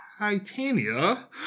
Titania